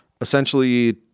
essentially